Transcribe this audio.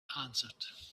answered